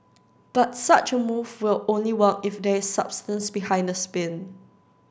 but such a move will only work if there is substance behind the spin